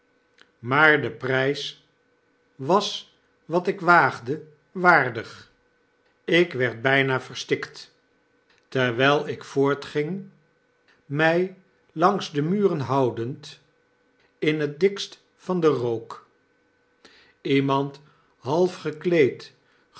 maar de prys was wat ik waagde waar dig ik werd byna verstikt terwijl ik voortging my langs de muren houdend in het dikst van den rook iemand half gekleed